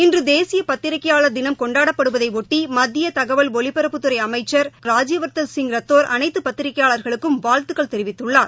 இன்றுதேசியபத்திரிகையாளர் தினம் கொண்டாடப்படுவதையொட்டி மத்தியதகவல் ஒாலிபரப்புத்துறைஅமைச்சள் கலோனல் ராஜ்ய வர்தன் சிங் ரத்தோர் அனைத்துபத்திகையாாள்களுக்கும் வாழ்த்துக்கள் தெரிவித்துள்ளார்